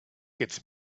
gets